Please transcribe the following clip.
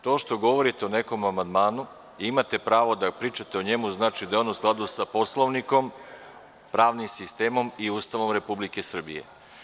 To što govorite o nekom amandmanu, i imate pravo da pričate o njemu, znači da je on u skladu sa Poslovnikom, pravnim sistemom i Ustavom Republike Srbije.